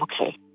okay